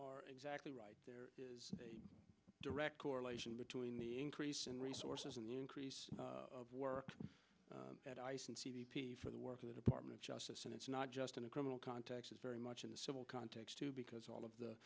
are exactly right there is a direct correlation between the increase in resources and the increase of work at ice and c b p for the work of the department of justice and it's not just in a criminal context is very much in the civil context because all of the